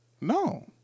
no